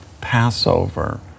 Passover